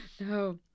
No